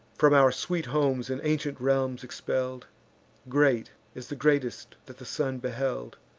from our sweet homes and ancient realms expell'd great as the greatest that the sun beheld.